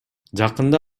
жакында